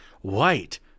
white